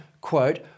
quote